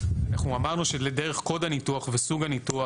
ואנחנו אמרנו שלדרך קוד הניתוח וסוג הניתוח,